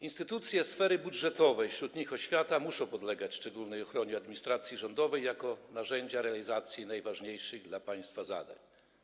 Instytucje sfery budżetowej, wśród nich oświata, muszą podlegać szczególnej ochronie administracji rządowej jako narzędzia realizacji najważniejszych dla państwa zadań.